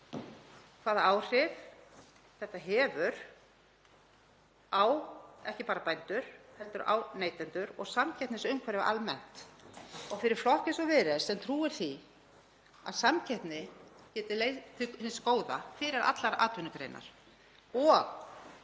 hvaða áhrif þetta hefur ekki bara á bændur heldur á neytendur og samkeppnisumhverfið almennt. Fyrir flokk eins og Viðreisn sem trúir því að samkeppni geti leitt til hins góða fyrir allar atvinnugreinar og